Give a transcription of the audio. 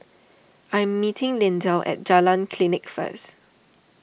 I am meeting Lindell at Jalan Klinik first